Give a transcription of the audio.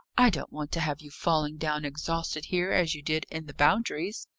i don't want to have you falling down exhausted here, as you did in the boundaries.